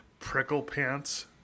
Pricklepants